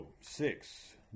six